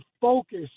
focus